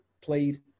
played